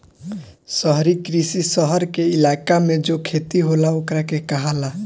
शहरी कृषि, शहर के इलाका मे जो खेती होला ओकरा के कहाला